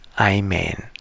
Amen